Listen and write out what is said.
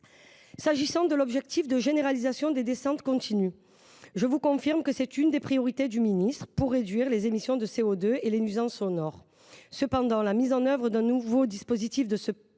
S’agissant de l’objectif de généralisation des descentes continues, je vous confirme que c’est l’une des priorités du ministre pour réduire les émissions de CO2 et les nuisances sonores.